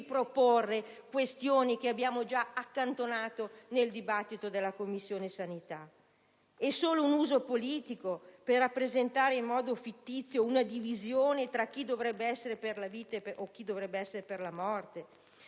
riproporre qui questioni che abbiamo già accantonato nel dibattito in Commissione sanità? È solo un uso politico per rappresentare in modo fittizio una divisione tra chi dovrebbe essere per la vita e chi dovrebbe essere per la morte?